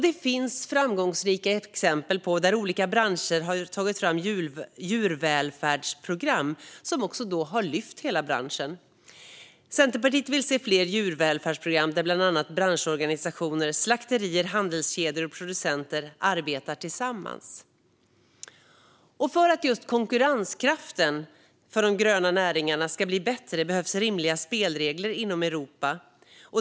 Det finns framgångsrika exempel på att olika branscher har tagit fram djurvälfärdsprogram, som då har lyft hela branschen. Centerpartiet vill se fler djurvälfärdsprogram där bland annat branschorganisationer, slakterier, handelskedjor och producenter arbetar tillsammans. För att just konkurrenskraften för de gröna näringarna ska bli bättre behövs rimliga spelregler inom Europa.